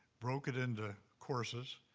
broke it into courses,